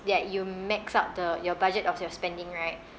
that you max out the your budget of your spending right